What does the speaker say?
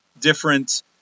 different